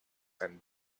and